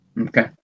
Okay